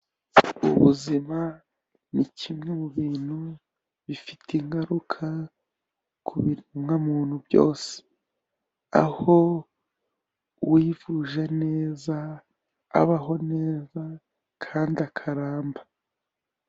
Ubuzima ni kimwe mu bintu bifite ingaruka ku biremwamuntu byose. Aho uwivuje neza abaho neza kandi akaramba.